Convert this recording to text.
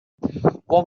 one